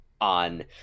on